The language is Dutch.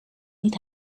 niet